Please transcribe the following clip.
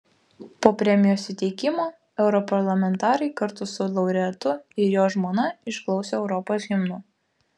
po premijos įteikimo europarlamentarai kartu su laureatu ir jo žmona išklausė europos himno